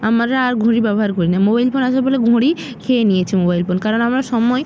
আমরা আর ঘড়ি ব্যবহার করি না মোবাইল ফোন আসার ফলে ঘড়ি খেয়ে নিয়েছে মোবাইল ফোন কারণ আমরা সময়